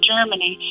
Germany